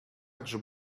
также